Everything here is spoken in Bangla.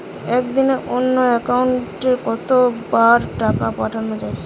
একদিনে অন্য একাউন্টে কত বার টাকা পাঠানো য়ায়?